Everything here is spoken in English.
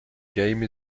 game